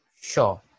Sure